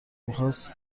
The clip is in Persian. میخواست